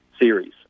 series